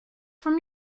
from